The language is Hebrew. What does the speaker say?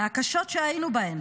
מהקשות שהיינו בהן,